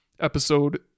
episode